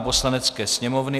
Poslanecké sněmovny